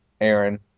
Aaron